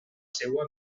seua